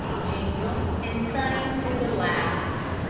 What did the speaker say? genial and sunny to the last.